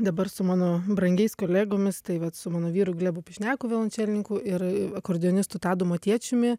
dabar su mano brangiais kolegomis tai vat su mano vyru glebu pišniaku violončelininku ir akordeonistu tadu motiečiumi